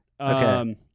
Okay